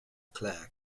claire